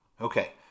Okay